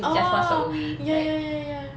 orh ya ya ya ya